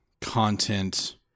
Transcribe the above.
content